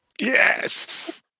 Yes